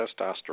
testosterone